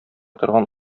торган